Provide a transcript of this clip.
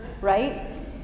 Right